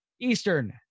Eastern